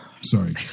Sorry